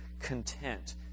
content